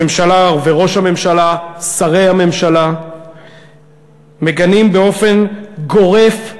הממשלה, ראש הממשלה ושרי הממשלה מגנים באופן גורף,